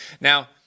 Now